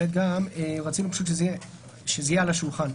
רצינו שזה יהיה על השולחן.